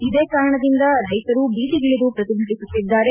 ಇದೇ ಕಾರಣದಿಂದ ರೈತರು ಬೀದಿಗಿಳಿದು ಪ್ರತಿಭಟಿಸುತ್ತಿದ್ದಾರೆ